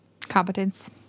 Competence